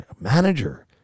Manager